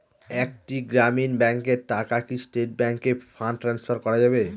একটি গ্রামীণ ব্যাংকের টাকা কি স্টেট ব্যাংকে ফান্ড ট্রান্সফার করা যাবে?